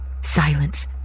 Silence